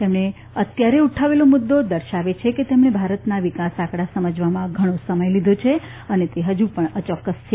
તેમણે અત્યારે ઉઠાવેલો મુદ્દો દર્શાવે છે કે તેમણે ભારતના વિકાસ આંકડા સમજવામાં ઘણો સમય લીધો છે અને તે હજુ પણ અચૌક્કસ છે